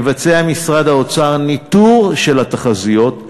יבצע משרד האוצר ניטור של התחזיות,